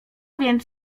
więc